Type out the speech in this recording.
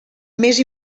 més